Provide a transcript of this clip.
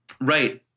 Right